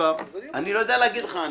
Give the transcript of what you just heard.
לא יודע להגיד לך.